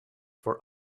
for